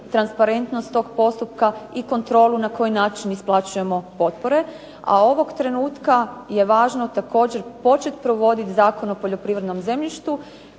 transparentnost tog postupka i kontrolu na koji način isplaćujemo potpore, a ovog trenutka je važno također početi provoditi Zakon o poljoprivrednom zemljištu